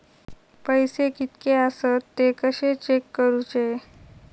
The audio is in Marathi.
पैसे कीतके आसत ते कशे चेक करूचे?